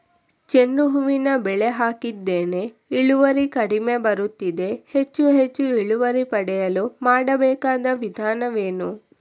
ಚೆಂಡು ಹೂವಿನ ಬೆಳೆ ಹಾಕಿದ್ದೇನೆ, ಇಳುವರಿ ಕಡಿಮೆ ಬರುತ್ತಿದೆ, ಹೆಚ್ಚು ಹೆಚ್ಚು ಇಳುವರಿ ಪಡೆಯಲು ಮಾಡಬೇಕಾದ ವಿಧಾನವೇನು?